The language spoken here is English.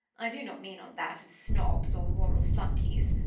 i do not mean on that of snobs or moral flunkies.